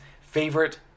Favorite